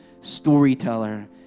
Storyteller